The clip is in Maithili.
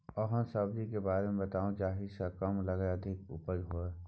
एहन सब्जी के बारे मे बताऊ जाहि सॅ कम लागत मे अधिक उपज होय?